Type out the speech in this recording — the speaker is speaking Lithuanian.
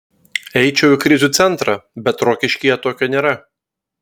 eičiau į krizių centrą bet rokiškyje tokio nėra